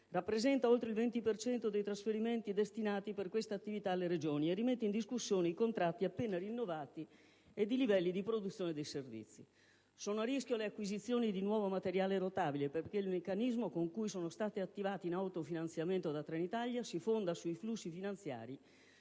rappresenta oltre il 20 per cento dei trasferimenti destinati per questa attività alle Regioni e rimette in discussione i contratti appena rinnovati ed i livelli di produzione dei servizi. Sono a rischio le acquisizioni di nuovo materiale rotabile perché il meccanismo con cui sono state attivate "in autofinanziamento" da Trenitalia si fonda sui flussi finanziari